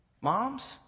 Moms